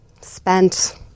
spent